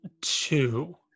Two